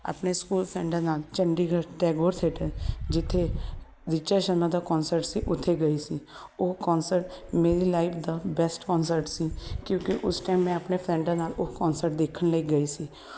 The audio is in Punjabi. ਆਪਣੇ ਸਕੂਲ ਫਰੈਂਡਾਂ ਨਾਲ ਚੰਡੀਗੜ੍ਹ ਟੈਗੋਰ ਸੈਟਰ ਜਿੱਥੇ ਰਿਚਾ ਸ਼ਰਮਾ ਦਾ ਕੌਂਨਸਟ ਸੀ ਉੱਥੇ ਗਈ ਸੀ ਉਹ ਕੌਂਨਸਟ ਮੇਰੀ ਲਾਈਫ ਦਾ ਬੈਸਟ ਕੌਨਸਟ ਸੀ ਕਿਉਂਕਿ ਉਸ ਟਾਈਮ ਮੈਂ ਆਪਣੇ ਫਰੈਂਡਾਂ ਨਾਲ ਉਹ ਕੌਂਨਸਟ ਦੇਖਣ ਲਈ ਗਈ ਸੀ